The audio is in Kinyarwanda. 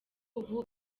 ubu